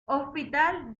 hospital